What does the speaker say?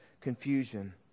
confusion